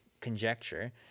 conjecture